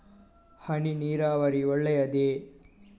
ಹನಿ ನೀರಾವರಿ ಒಳ್ಳೆಯದೇ?